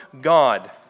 God